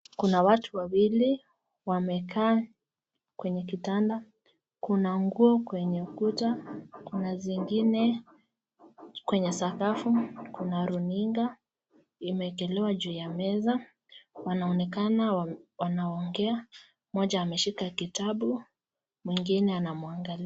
Kuna watu wawili wamekaa kwenye kitanda, kuna nguo kwenye ukuta kuna zingine, kwenye sakafu, kuna runinga imeekelewa kwenye meza, wanaonekana wanaongea, moja ameshika kitabu, mwingine anamwangalia.